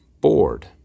bored